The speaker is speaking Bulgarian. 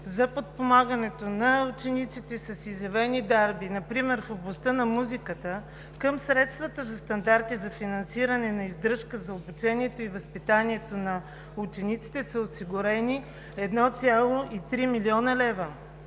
за подпомагането им, например в областта на музиката, към средствата за стандарти за финансиране на издръжка за обучението и възпитанието на учениците са осигурени 1,3 млн. лв.